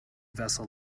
vessel